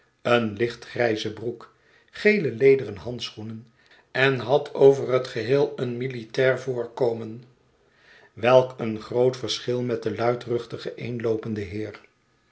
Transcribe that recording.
een licht grijze broek geele lederen handschoenen en had over het geheel een militair voorkomen welk een groot verschil met den luidruchtigen eenloopenden heer